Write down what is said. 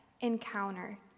encounter